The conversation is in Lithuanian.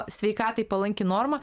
sveikatai palanki norma